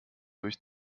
durch